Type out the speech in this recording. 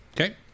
Okay